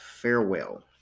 Farewell